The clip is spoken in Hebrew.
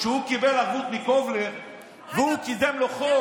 כשהוא קיבל ערבות מקולבר והוא קידם לו חוק,